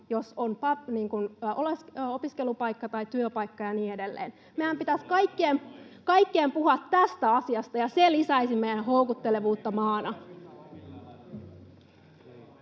tämä kelpaa meille hyvin!] Meidän pitäisi kaikkien puhua tästä asiasta, ja se lisäisi meidän houkuttelevuutta maana.